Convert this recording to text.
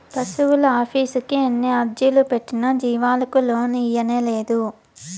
పశువులాఫీసుకి ఎన్ని అర్జీలు పెట్టినా జీవాలకి లోను ఇయ్యనేలేదు